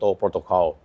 protocol